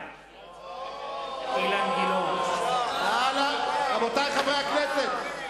(קורא בשמות חברי הכנסת)